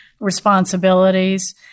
responsibilities